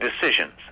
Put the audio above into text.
decisions